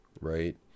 right